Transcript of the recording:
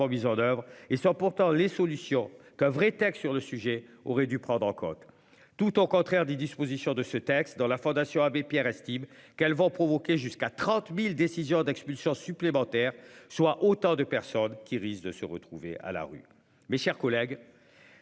mis en oeuvre et sort pourtant les solutions que vrai texte sur le sujet aurait dû prendre en coque tout au contraire des dispositions de ce texte dans la Fondation Abbé Pierre estime qu'elles vont provoquer jusqu'à 30.000 décisions d'expulsions supplémentaires soit autant de personnes qui risquent de se retrouver à la rue. Mes chers collègues.